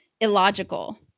illogical